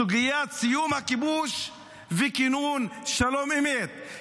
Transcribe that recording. סוגיית סיום הכיבוש וכינון שלום אמת.